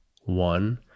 one